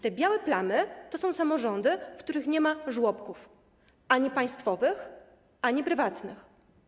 Te białe plamy to są samorządy, w których nie ma żłobków - ani państwowych, ani prywatnych.